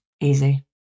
easy